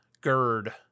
Gerd